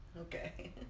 Okay